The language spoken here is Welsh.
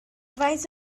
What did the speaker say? faint